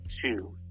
two